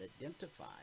identify